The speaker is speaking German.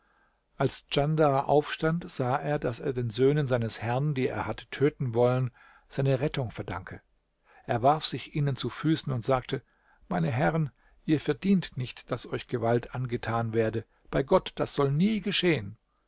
als djandar aufstand sah er daß er den söhnen seines herrn die er hatte töten wollen seine rettung verdanke er warf sich ihnen zu füßen und sagte meine herren ihr verdient nicht daß euch gewalt angetan werde bei gott das soll nie geschehen